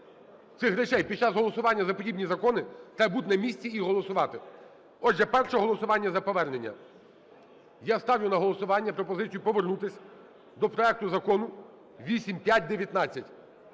цих речей, під час голосування за подібні закони треба бути на місці і голосувати. Отже, перше голосування за повернення. Я ставлю на голосування пропозицію повернутись до проекту Закону 8519.